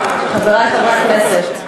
חברי חברי הכנסת,